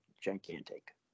gigantic